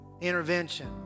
intervention